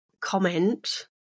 comment